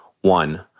One